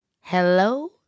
Hello